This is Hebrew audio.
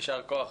יישר כוח.